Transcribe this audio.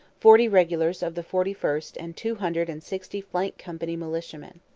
forty regulars of the forty first and two hundred and sixty flank-company militiamen.